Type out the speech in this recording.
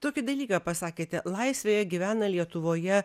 tokį dalyką pasakėte laisvėje gyvena lietuvoje